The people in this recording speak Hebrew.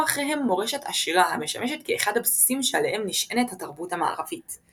אחריהם מורשת עשירה המשמשת כאחד הבסיסים שעליהם נשענת התרבות המערבית.